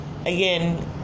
again